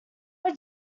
are